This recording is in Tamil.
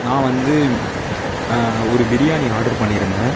நான் வந்து ஒரு பிரியாணி ஆர்டரு பண்ணிருந்தேன்